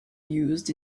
used